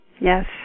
Yes